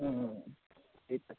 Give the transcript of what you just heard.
त्यही त